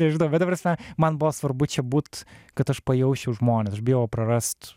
nežinau bet ta prasme man buvo svarbu čia būt kad aš pajausčiau žmones aš bijojau prarast